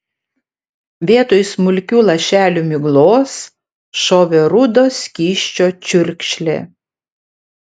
vietoj smulkių lašelių miglos šovė rudo skysčio čiurkšlė